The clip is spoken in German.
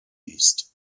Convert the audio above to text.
ist